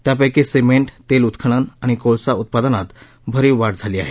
त्यापैकी सिमेंट तेल उत्खनन आणि कोळसा उत्पादनात भरीव वाढ झाली आहे